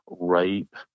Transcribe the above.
rape